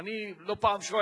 אני לא פעם שואל